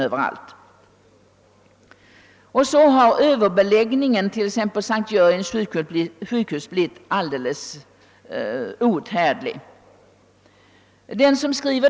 Därför har också överbeläggningen på t.ex. S:t Jörgens sjukhus blivit outhärdlig.